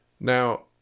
now